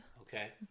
Okay